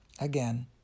again